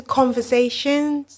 conversations